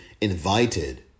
invited